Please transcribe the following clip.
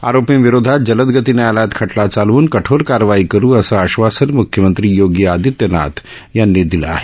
आरोपींविरोधात जलदगती न्यायालयात खटला चालवून कठोर कारवाई करू असं आश्वासन मुख्यमंत्री योगी आदित्यनाथ यांनी दिलं आहे